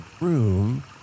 room